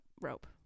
rope